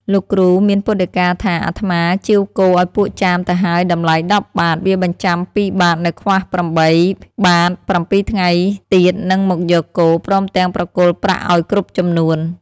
លោកគ្រូមានពុទ្ធដីកាថា "អាត្មាជាវគោឲ្យពួកចាមទៅហើយ តម្លៃ ១០ បាទ វាបញ្ចាំ ២ បាទ នៅខ្វះ ៨ បាទ ៧ ថ្ងៃទៀតនឹងមកយកគោ ព្រមទាំងប្រគល់ប្រាក់ឲ្យគ្រប់ចំនួន"។